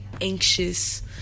anxious